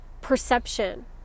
perception